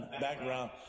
background